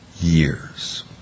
years